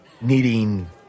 needing